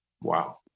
Wow